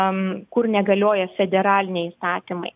em kur negalioja federaliniai įstatymai